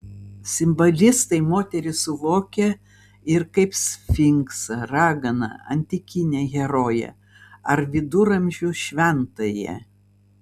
simbolistai moterį suvokė ir kaip sfinksą raganą antikinę heroję ar viduramžių šventąją